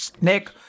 Nick